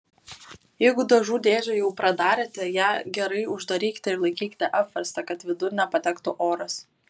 jeigu dažų dėžę jau pradarėte ją gerai uždarykite ir laikykite apverstą kad vidun nepatektų oras